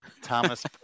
Thomas